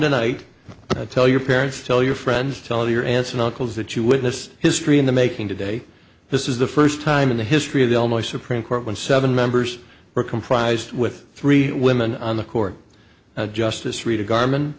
tonight tell your parents tell your friends tell your aunts and uncles that you witnessed history in the making today this is the first time in the history of the almost supreme court when seven members were comprised with three women on the court justice read a gar